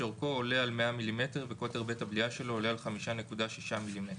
שאורכו עולה על 100 מילימטר וקוטר בית הבליעה שלו עולה על 5.6 מילימטר.